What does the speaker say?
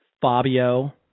Fabio